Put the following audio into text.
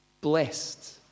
Blessed